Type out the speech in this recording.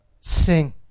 sing